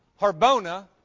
Harbona